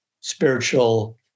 spiritual